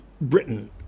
Britain